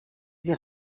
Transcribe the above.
sie